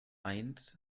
eins